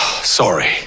Sorry